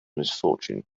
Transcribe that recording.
misfortune